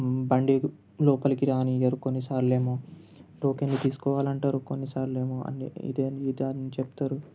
బండి లోపలికి రానివ్వరు కొన్నిసార్లేమో టోకెన్స్ తీసుకోవాలి అంటారు కొన్నిసార్లేమో అన్ని ఇదే ఇది అని చెప్తారు